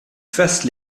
fasses